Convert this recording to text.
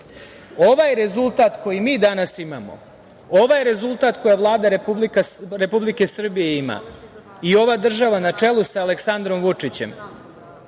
ovaj rezultat koji mi danas imamo, ovaj rezultat koji Vlada Republike Srbije ima i ova država na čelu sa Aleksandrom Vučićem